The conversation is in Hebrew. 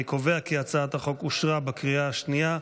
אני קובע כי הצעת החוק אושרה בקריאה השנייה.